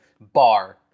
Bar